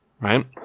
right